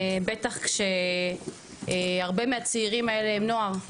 בטח כשהרבה מהצעירים האלה הם נוער,